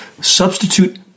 Substitute